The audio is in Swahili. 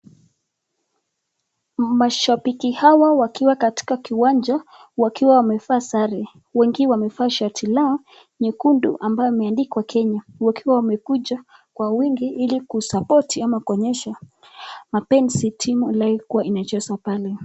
Mashabiki hawa wakiwa katika kiwanja wakiwa wamevaa sare. Wengi wamevaa shati lao nyekundu ambayo imeandikwa Kenya wakiwa wamekuja kwa wingi ili ku support ama kuonyesha mapenzi timu ile ilikuwa inacheza pale.